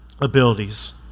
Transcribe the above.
abilities